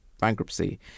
bankruptcy